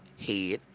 head